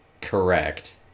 correct